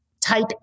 type